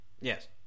Yes